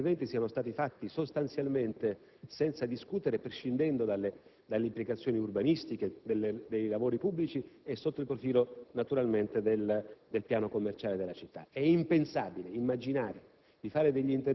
che tutti gli interventi siano stati fatti, sostanzialmente, senza discutere, prescindendo dalle implicazioni urbanistiche dei lavori pubblici e, naturalmente, in termini del piano commerciale della città. È impensabile immaginare